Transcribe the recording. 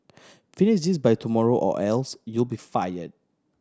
finish this by tomorrow or else you be fire